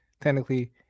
technically